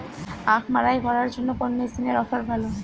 আখ মাড়াই করার জন্য কোন মেশিনের অফার ভালো?